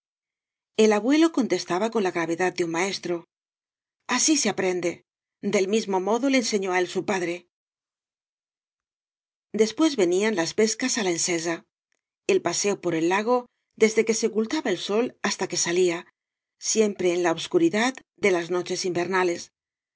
el abuelo cañas y barro contestaba con la gravedad de un maestro así se aprende del mismo modo le enseñó á él su padre después venían las pescas á la ensesa el paseo por el lago desde que se ocultaba el sol hasta que salía siempre en la obscuridad de las noches invernales